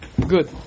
Good